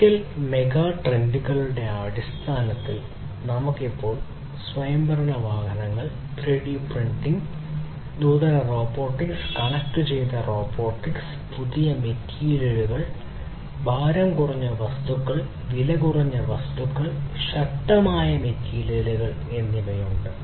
physical മെഗാട്രെൻഡുകളുടെ അടിസ്ഥാനത്തിൽ നമുക്ക് ഇപ്പോൾ സ്വയംഭരണ വാഹനങ്ങൾ 3 ഡി പ്രിന്റിംഗ് നൂതന റോബോട്ടിക്സ് കണക്റ്റുചെയ്ത റോബോട്ടിക്സ് പുതിയ മെറ്റീരിയലുകൾ ഭാരം കുറഞ്ഞ വസ്തുക്കൾ വിലകുറഞ്ഞ വസ്തുക്കൾ ശക്തമായ മെറ്റീരിയലുകൾ എന്നിവയുണ്ട്